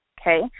Okay